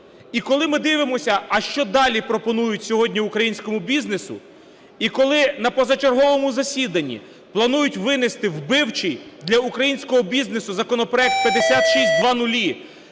І коли ми дивимося, а що далі пропонують сьогодні українському бізнесу і коли на позачерговому засіданні планують винести вбивчий для українського бізнесу законопроект 5600